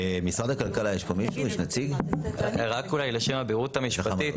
רק אולי לשם הבהירות המשפטית.